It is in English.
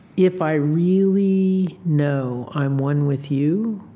if i really know i am one with you,